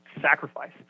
sacrifice